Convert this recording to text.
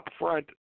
upfront